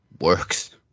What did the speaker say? works